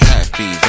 Happy